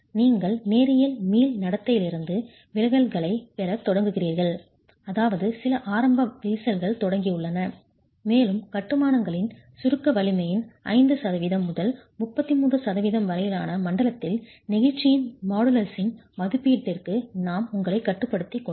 நீங்கள் நேரியல் மீள் நடத்தையிலிருந்து விலகல்களைப் பெறத் தொடங்குகிறீர்கள் அதாவது சில ஆரம்ப விரிசல்கள் தொடங்கியுள்ளன மேலும் கட்டுமானங்களின் ளின் சுருக்க வலிமையின் ஐந்து சதவிகிதம் முதல் 33 சதவிகிதம் வரையிலான மண்டலத்தில் நெகிழ்ச்சியின் மாடுலஸின் மதிப்பீட்டிற்கு நாம் உங்களை கட்டுப்படுத்திக் கொண்டோம்